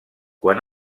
quan